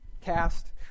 Cast